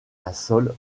basaltique